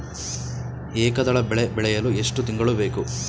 ಏಕದಳ ಬೆಳೆ ಬೆಳೆಯಲು ಎಷ್ಟು ತಿಂಗಳು ಬೇಕು?